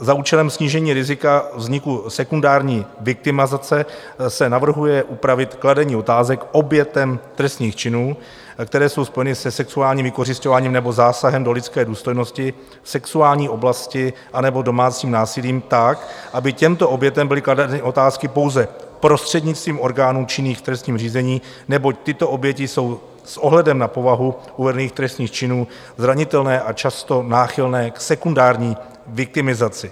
Za účelem snížení rizika vzniku sekundární viktimizace se navrhuje upravit kladení otázek obětem trestných činů, které jsou spojeny se sexuálním vykořisťováním nebo zásahem do lidské důstojnosti v sexuální oblasti anebo s domácím násilím tak, aby těmto obětem byly kladeny otázky pouze prostřednictvím orgánů činných v trestním řízení, neboť tyto oběti jsou s ohledem na povahu uvedených trestných činů zranitelné a často náchylné k sekundární viktimizaci.